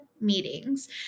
meetings